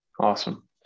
Awesome